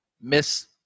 miss